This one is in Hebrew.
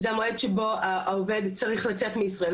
זה המועד שבו העובד צריך לצאת מישראל,